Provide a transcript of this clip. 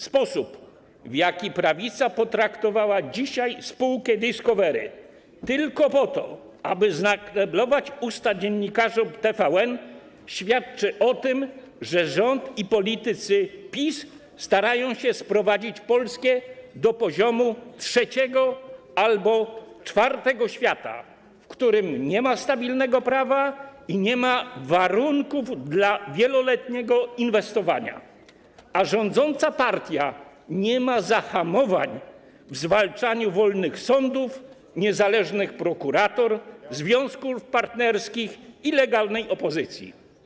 Sposób, w jaki prawica potraktowała dzisiaj spółkę Discovery, tylko po to, aby zakneblować usta dziennikarzom TVN, świadczy o tym, że rząd i politycy PiS starają się sprowadzić Polskę do poziomu krajów trzeciego albo czwartego świata, w którym nie ma stabilnego prawa i nie ma warunków do wieloletniego inwestowania, a rządząca partia nie ma zahamowań w zwalczaniu wolnych sądów, niezależnych prokuratur, związków partnerskich i legalnej opozycji.